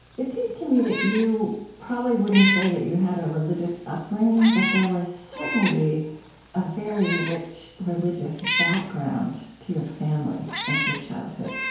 it seems to me that you probably wouldn't say that you had a religious upbringing, but there was certainly a very rich religious background to your family and to your childhood.